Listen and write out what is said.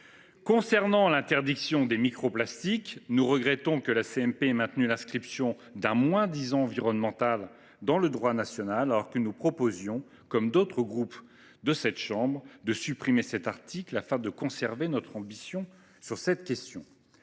Concernant l’interdiction des microplastiques, nous regrettons que la commission mixte paritaire ait maintenu l’inscription d’un moins disant environnemental dans le droit national, alors que nous proposions, comme d’autres groupes de notre assemblée, de supprimer cet article afin de conserver notre ambition en la matière.